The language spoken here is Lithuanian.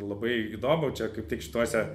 labai įdomu čia kaip tik šituose